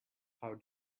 how